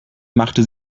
machte